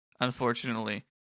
Unfortunately